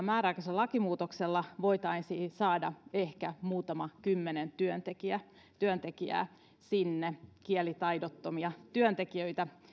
määräaikaisella lakimuutoksella voitaisiin saada ehkä muutama kymmenen työntekijää sinne kielitaidottomia työntekijöitä